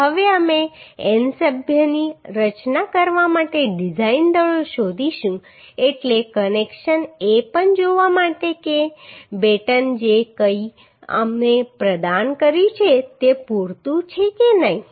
હવે અમે n સભ્યની રચના કરવા માટે ડિઝાઇન દળો શોધીશું એટલે કનેક્શન એ પણ જોવા માટે કે બેટન જે કંઈ અમે પ્રદાન કર્યું છે તે પૂરતું છે કે નહીં